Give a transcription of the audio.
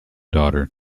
daughter